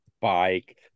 bike